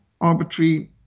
arbitrary